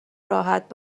راحت